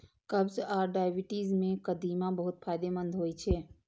कब्ज आ डायबिटीज मे कदीमा बहुत फायदेमंद होइ छै